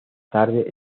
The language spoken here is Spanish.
tarde